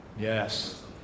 Yes